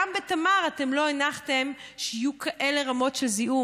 גם בתמר אתם לא הנחתם שיהיו כאלה רמות של זיהום.